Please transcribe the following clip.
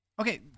Okay